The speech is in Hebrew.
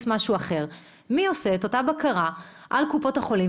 משהו אחר - מי עושה את אותה בקרה על קופות החולים?